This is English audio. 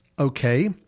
okay